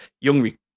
young